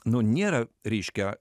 nu nėra reiškia